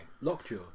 Lockjaw